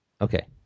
Okay